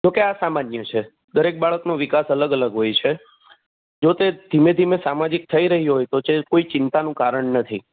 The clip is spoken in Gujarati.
જો કે આ સામાન્ય છે દરેક બાળકનો વિકાસ અલગ અલગ હોય છે જો કે ધીમે ધીમે સામાજિક થઈ રહ્યો હોય તો કોઈ ચિંતાનું કારણ નથી